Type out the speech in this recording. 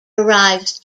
arrives